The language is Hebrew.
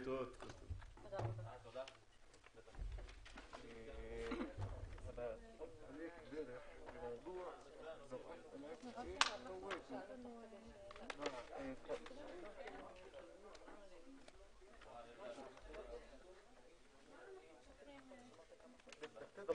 הישיבה ננעלה בשעה 11:55.